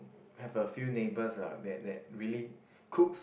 have a few neighbours ah that that really cooks